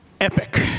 epic